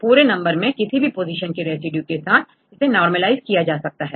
i पूरे number के किसी भी पोजीशन के रेसिड्यू के साथ normalize किया जाता है